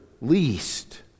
least